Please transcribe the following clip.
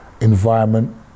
environment